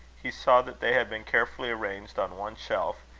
he saw that they had been carefully arranged on one shelf,